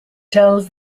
tells